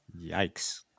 Yikes